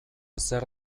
zer